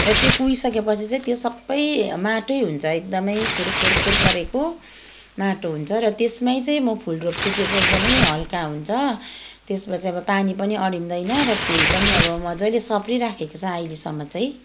र त्यो कुहिइसके पछि चाहिँ त्यो सबै माटै हुन्छ एकदमै फुरफुरफुर परेको माटो हुन्छ र त्यसमै चाहिँ म फुल रोप्छु त्यो चाहिँ एकदमै हल्का हुन्छ त्यसमा चाहिँ अब पानी पनि अढिदैन र फुल पनि अब मजाले सप्रिराखेको छ अहिलेसम्म चाहिँ